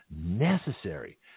necessary